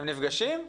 הם נפגשים?